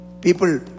people